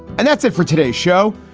and that's it for today's show.